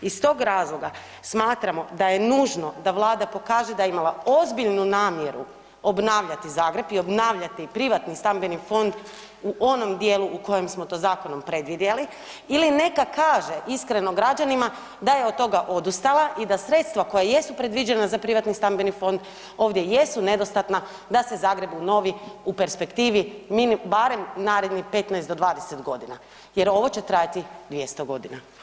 Iz tog razloga smatramo da je nužno da Vlada pokaže da je imala ozbiljnu namjeru obnavljati Zagreb i obnavljati privatni stambeni fond u onom dijelu u kojem smo to zakonom predvidjeli ili neka kaže, iskreno građanima, da je od toga odustala i da sredstva koja jesu predviđena za privatni stambeni fond, ovdje jesu nedostatna da se Zagrebu unovi u perspektivi .../nerazumljivo/... barem narednih 15-20 godina jer ovo će trajati 200 godina.